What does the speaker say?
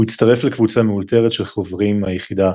הוא הצטרף לקבוצה מאולתרת של "חוזרים" מהיחידה,